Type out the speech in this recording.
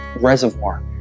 reservoir